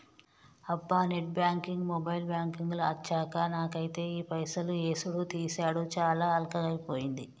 అబ్బా net banking mobile banking లు అచ్చాక నాకైతే ఈ పైసలు యేసుడు తీసాడు చాలా అల్కగైపోయింది